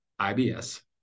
IBS